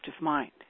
mind